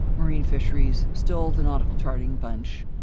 marine fisheries, still the nautical charting bunch,